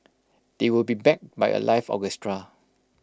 they will be backed by A live orchestra